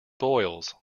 boils